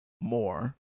more